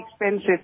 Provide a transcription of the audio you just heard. expensive